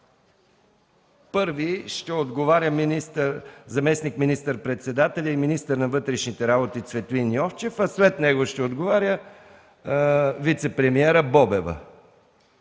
Първи ще отговаря заместник министър-председателят и министър на вътрешните работи Цветлин Йовчев, а след него ще отговаря вицепремиерът Даниела